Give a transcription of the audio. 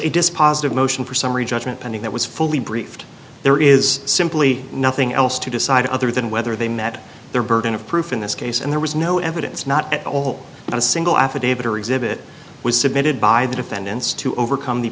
dispositive motion for summary judgment pending that was fully briefed there is simply nothing else to decide other than whether they met their burden of proof in this case and there was no evidence not at all but a single affidavit or exhibit was submitted by the defendants to overcome the